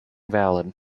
valid